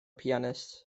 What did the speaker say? pianists